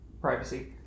privacy